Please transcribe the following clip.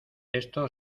esto